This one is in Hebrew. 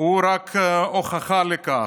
הוא רק הוכחה לכך.